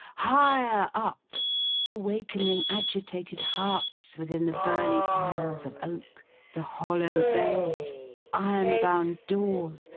higher up awakening agitated hearts within the burly piles of oak the hollow bells, the iron-bound doors,